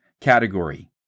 category